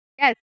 Yes